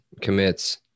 commits